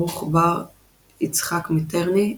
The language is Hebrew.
"ברוך ב"ר יצחק מיטראני",